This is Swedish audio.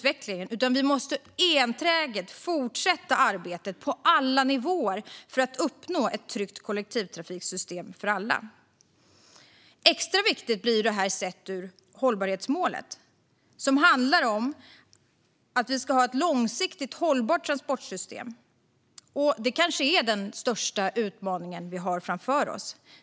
Vi måste enträget fortsätta arbetet på alla nivåer för att uppnå ett tryggt kollektivtrafiksystem för alla. Extra viktigt blir det här sett med utgångspunkt i hållbarhetsmålet som handlar om att vi ska ha ett långsiktigt hållbart transportsystem. Det kanske är den största utmaningen vi har framför oss.